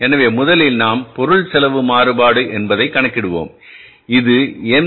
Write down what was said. எனவே முதலில் நாம் பொருள் செலவு மாறுபாடு என்பதை கணக்கிடுவோம் இது எம்